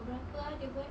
berapa ah dia buat